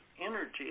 energy